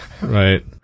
Right